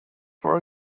for